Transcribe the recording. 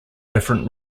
different